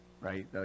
right